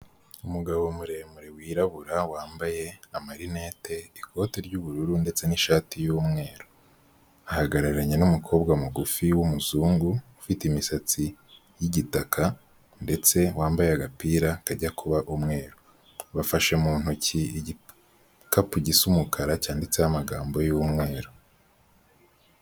Umugabo muremure wirabura wambaye amarinete, ikote ry'ubururu ndetse n'ishati y'umweru. Ahagararanye n'umukobwa mugufi w'umuzungu ufite imisatsi y'igitaka ndetse wambaye agapira kajya kuba umweru. Bafashe mu ntoki igikapu gisa umukara cyanditseho amagambo y'umweru.